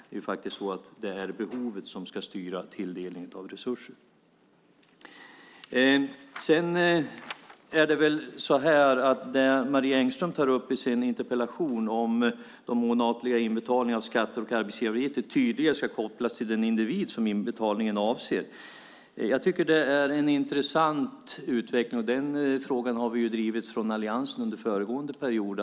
Det är faktiskt behovet som ska styra tilldelningen av resurser. Marie Engström tar i sin interpellation upp att de månatliga inbetalningarna av skatter och arbetsgivaravgifter tydligare ska kopplas till den individ som inbetalningen avser. Jag tycker att det är en intressant utveckling. Den frågan har vi drivit från alliansen under föregående period.